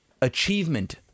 achievement